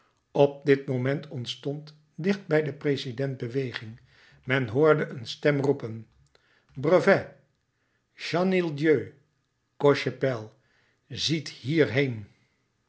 op dit oogenblik ontstond dicht bij den president beweging men hoorde een stem roepen brevet chenildieu cochepaille ziet hierheen